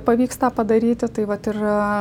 pavyks tą padaryti tai vat ir